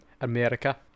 America